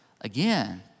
again